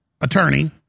attorney